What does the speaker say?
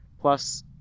plus